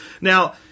Now